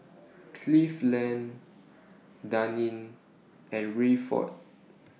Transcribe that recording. Cleveland Daneen and Rayford